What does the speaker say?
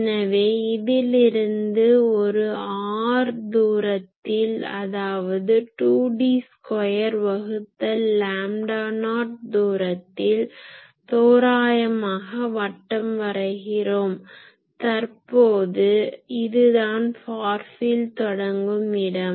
எனவே இதிலிருந்து ஒரு r தூரத்தில் அதாவது 2D ஸ்கொயர் வகுத்தல் லாம்டா நாட் தூரத்தில் தோரயமாக வட்டம் வரைகிறோம் தற்போது இதுதான் ஃபார் ஃபீல்ட் தொடங்கும் இடம்